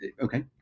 okay